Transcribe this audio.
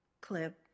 clip